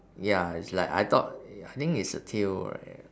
ya it's like I thought ya I think it's a tail right